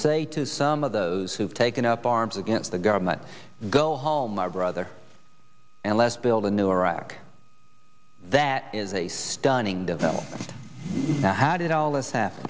say to some of those who've taken up arms against the government go home my brother and less build a new iraq that is a stunning development how did all this ha